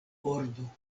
ordo